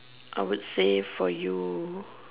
I would say for you